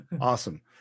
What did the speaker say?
Awesome